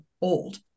old